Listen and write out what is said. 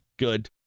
good